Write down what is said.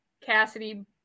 Cassidy